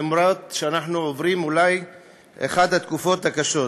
אף על פי שאנחנו עוברים אולי אחת התקופות הקשות.